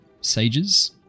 sages